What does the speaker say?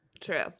true